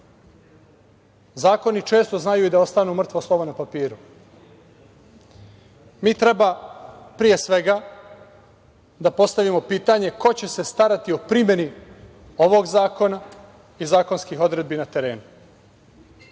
zakonu. Zakoni često znaju i da ostanu mrtvo slovo na papiru. Mi treba, pre svega, da postavim pitanje ko će se starati o primeni ovog zakona i zakonskih odredbi na terenu?